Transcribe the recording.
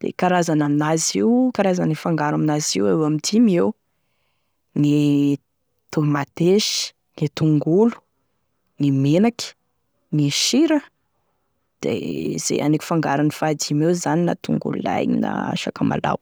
da e karazany an'azy io e karazany e fangaro amin'azy io eo ame dimy eo: gne tomatesy, gne tongolo, gne menaky, gne sira da ze aniko fangarony faha dimy eo zany na tongolo lay igny na sakamalaho.